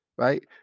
right